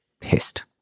pissed